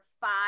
five